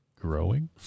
growing